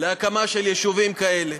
להקמה של יישובים כאלה.